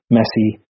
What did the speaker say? Messi